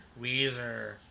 weezer